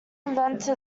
invented